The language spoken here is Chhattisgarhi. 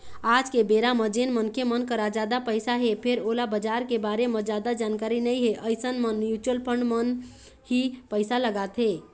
आज के बेरा म जेन मनखे मन करा जादा पइसा हे फेर ओला बजार के बारे म जादा जानकारी नइ हे अइसन मन म्युचुअल फंड म ही पइसा लगाथे